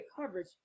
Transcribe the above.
coverage